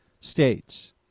states